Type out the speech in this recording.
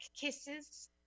kisses